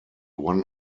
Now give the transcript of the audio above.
one